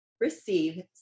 receive